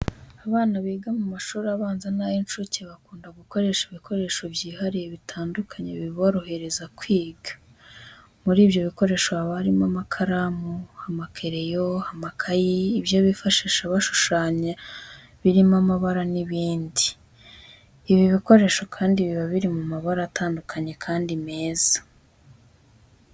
Abana biga mu mashuri abanza n'ay'inshuke bakunda gukoresha ibikoresho byihariye bitandukanye biborohereza kwiga. Muri ibyo bikoresho haba harimo amakaramu, amakereyo, amakayi, ibyo bifashisha bashushanya biromo amabara n'ibindi. Ibi bikoresho kandi biba biri mu mabara atandukanye kandi meza.